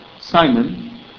Simon